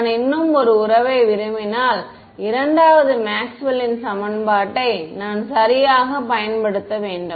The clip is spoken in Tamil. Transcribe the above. நான் இன்னும் ஒரு உறவை விரும்பினால் இரண்டாவது மேக்ஸ்வெல்லின் சமன்பாட்டை நான் சரியாகப் பயன்படுத்த வேண்டும்